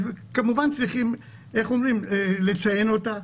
אז כמובן צריכים לציין אותה.